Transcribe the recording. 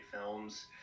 films